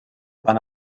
van